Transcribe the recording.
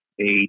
eight